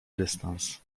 dystans